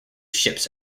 ships